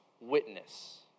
witness